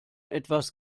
etwas